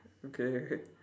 okay